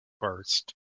first